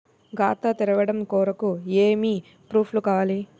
ఖాతా తెరవడం కొరకు ఏమి ప్రూఫ్లు కావాలి?